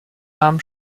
nahm